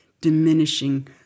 diminishing